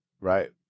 Right